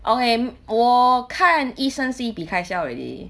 okay 我看医生是一笔开销 already